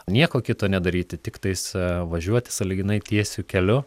nieko kito nedaryti tiktais važiuoti sąlyginai tiesiu keliu